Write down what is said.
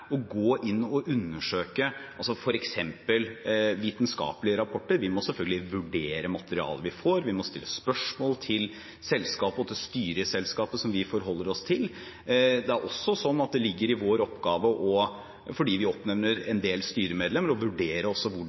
å gå inn og undersøke f.eks. vitenskapelige rapporter. Vi må selvfølgelig vurdere materialet vi får, vi må stille spørsmål til selskapet og til styret i selskapet, som vi forholder oss til. Det ligger også i vår oppgave, fordi vi oppnevner en del styremedlemmer, å vurdere